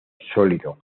sólido